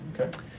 okay